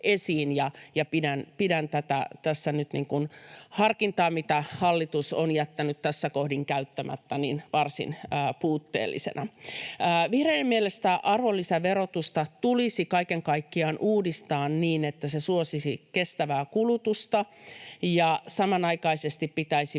sitä harkintaa, mitä hallitus on jättänyt tässä kohdin käyttämättä, varsin puutteellisena. Vihreiden mielestä arvonlisäverotusta tulisi kaiken kaikkiaan uudistaa niin, että se suosisi kestävää kulutusta, ja samanaikaisesti pitäisi myös